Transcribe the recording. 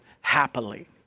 happily